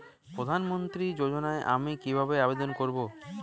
প্রধান মন্ত্রী যোজনাতে আমি কিভাবে আবেদন করবো?